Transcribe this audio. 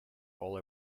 all